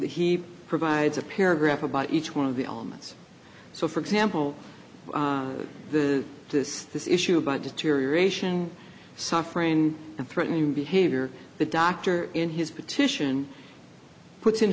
he provides a paragraph about each one of the elements so for example the this this issue by deterioration suffering and threatening behavior the doctor in his petition puts in